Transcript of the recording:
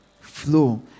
flow